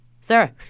Sarah